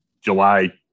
July